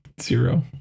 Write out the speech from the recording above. Zero